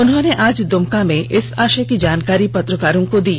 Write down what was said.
उन्होंने आज द्रमका में इस आषय की जानकारी पत्रकारों को दी